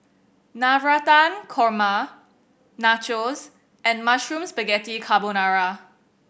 Navratan Korma Nachos and Mushroom Spaghetti Carbonara